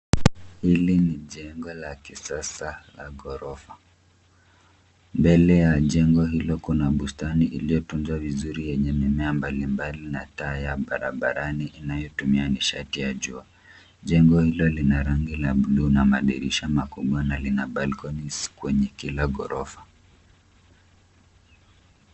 Hili ni jengo la kisasa la ghorofa mbele ya jengo hilo kuna bustani iliyotunzwa vizuri yenye mimea mbalimbali na taa ya barabarani inayotumia nishati ya jua, jengo hilo lina rangi la buluu na madirisha makubwa na lina[ cs]balconies kwenye kila ghorofa.